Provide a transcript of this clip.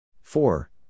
Four